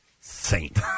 Saint